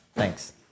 Thanks